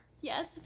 Yes